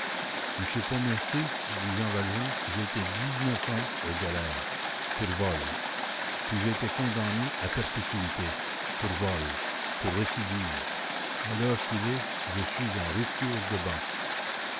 monsieur pontmercy dit jean valjean j'ai été dix-neuf ans aux galères pour vol puis j'ai été condamné à perpétuité pour vol pour récidive à l'heure qu'il est je suis en rupture de ban